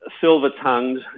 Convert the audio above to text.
silver-tongued